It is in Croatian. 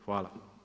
Hvala.